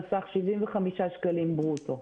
75 שקלים ברוטו.